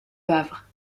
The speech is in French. havre